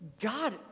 God